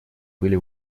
были